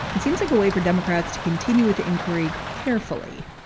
it seems like a way for democrats to continue with the inquiry carefully,